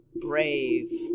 brave